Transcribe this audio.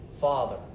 father